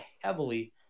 heavily